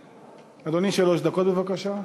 אדוני, שלוש דקות בבקשה.